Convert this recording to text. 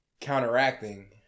counteracting